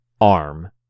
arm